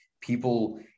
people